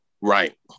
Right